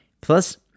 plus